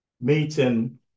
meeting